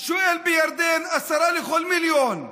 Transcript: שואל בירדן, 10 לכל מיליון.